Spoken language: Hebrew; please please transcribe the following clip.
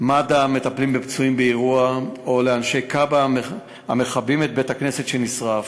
מד"א מטפלים בפצועים באירוע או אנשי כב"א מכבים את בית-הכנסת שנשרף,